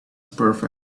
perfect